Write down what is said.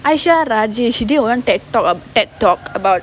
aishwarya rajish she did one T_E_D tal~ T_E_D talk about